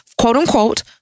quote-unquote